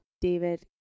David